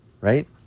Right